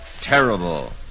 Terrible